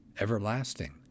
everlasting